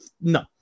no